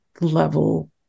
level